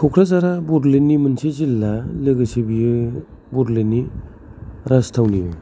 कक्राझारआ बड'लेण्डनि मोनसे जिल्ला लोगोसे बियो बड'लेण्डनि राजथावनिबो